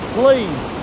please